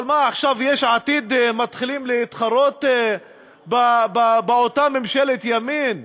אבל עכשיו יש עתיד מתחילים להתחרות באותה ממשלת ימין?